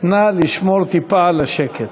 נא לשמור טיפה על השקט.